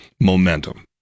momentum